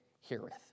heareth